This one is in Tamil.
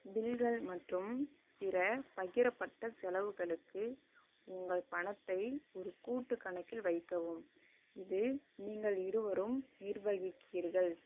பில்கள் மற்றும் பிற பகிரப்பட்ட செலவுகளுக்கு உங்கள் பணத்தை ஒரு கூட்டு கணக்கில் வைக்கவும் இது நீங்கள் இருவரும் நிர்வகிக்கிறீர்கள்